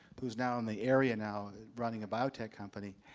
who's now in the area now running a biotech company.